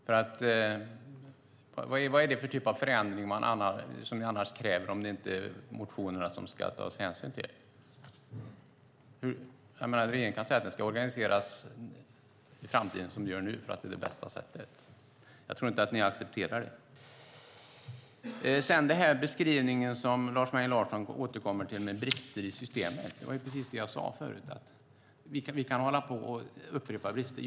Vad är det annars för typ av förändring ni kräver om det inte är motionerna som det ska tas hänsyn till? Regeringen kan säga att det ska organiseras i framtiden som det görs nu för att det är det bästa sättet, men jag tror inte att ni accepterar det. Lars Mejern Larsson återkommer till bristerna i systemet, och vi kan hålla på och upprepa brister.